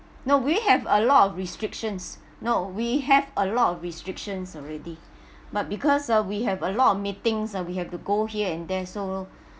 no we have a lot of restrictions no we have a lot of restrictions already but because ah we have a lot of meetings ah we have to go here and there so